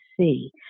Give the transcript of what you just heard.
see